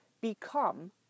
become